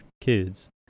kids